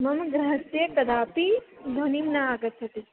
मम् गृहस्य कदापि ध्वनिं नागच्छति